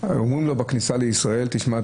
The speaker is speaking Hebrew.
שרשום בפנקס הבוחרים, מצביע.